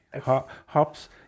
Hops